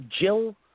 Jill